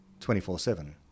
24-7